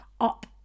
up